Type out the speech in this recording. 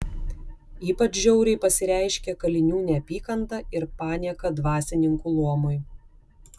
ypač žiauriai pasireiškė kalinių neapykanta ir panieka dvasininkų luomui